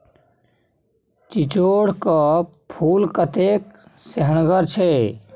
चिचोढ़ क फूल कतेक सेहनगर छै